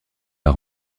pas